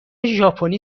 ژاپنی